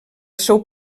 seu